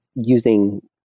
using